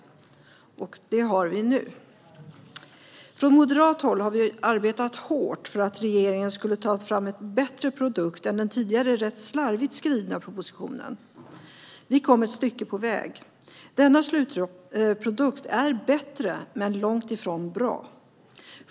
Det förslaget har vi nu fått. Från moderat håll har vi arbetat hårt för att regeringen skulle ta fram en bättre produkt än den tidigare, rätt slarvigt skrivna propositionen. Vi kom ett stycke på väg. Denna slutprodukt är bättre men långt ifrån bra.